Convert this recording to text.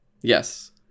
yes